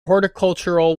horticultural